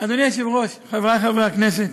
אדוני היושב-ראש, חברי חברי הכנסת,